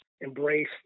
embrace